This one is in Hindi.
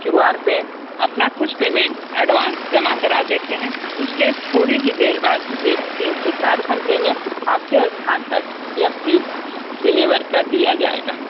क्यू आर परअपना कुछ पेमेंट एडवांस एडवांस जमा करा देते हैं उसके थोड़ी ही देर बाद सिर्फ तीन से चार घंटे में आपके स्थान तक यहाँ फ्रिज डिलीवर कर दिया जाएगा